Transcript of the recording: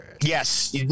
Yes